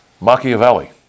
Machiavelli